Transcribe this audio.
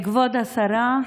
כבוד השרה,